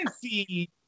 see